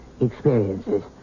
experiences